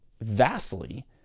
vastly